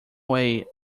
way